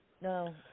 No